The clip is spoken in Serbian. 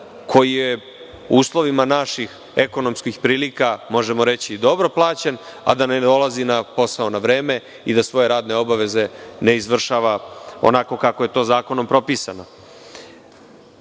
koji je u uslovima naših ekonomskih prilika, možemo reći dobro plaćen, a da ne dolazi na posao na vreme i da svoje radne obaveze ne izvršava onako kako je to zakonom propisano.